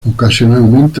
ocasionalmente